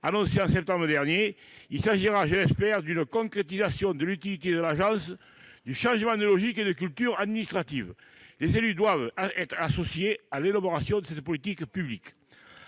annoncé en septembre dernier. Il s'agira, je l'espère, d'une concrétisation de l'utilité de cette agence, mais aussi d'un changement de logique et de culture administrative. Les élus doivent être associés à l'élaboration de cette politique publique.